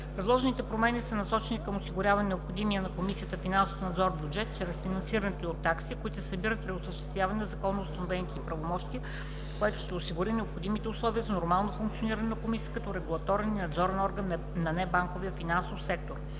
Предложените промени са насочени към осигуряване на необходимия на Комисията за финансов надзор бюджет чрез финансирането й от такси, които се събират при осъществяване на законоустановените й правомощия, което ще осигури необходимите условия за нормалното функциониране на Комисията като регулаторен и надзорен орган на небанковия финансов сектор.